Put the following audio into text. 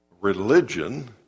religion